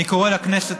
אני קורא לכנסת,